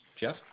Jeff